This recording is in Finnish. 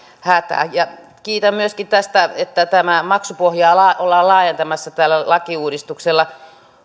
hätä ja kiitän myöskin tästä että maksupohjaa ollaan laajentamassa tällä lakiuudistuksella